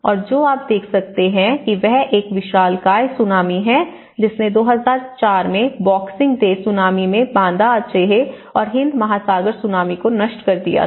और जो आप देख सकते हैं वह एक विशालकाय सुनामी है जिसने 2004 में बॉक्सिंग डे सुनामी में बांदा आचेह और हिंद महासागर सुनामी को नष्ट कर दिया था